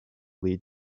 lead